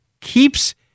keeps –